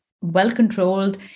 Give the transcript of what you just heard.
well-controlled